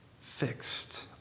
fixed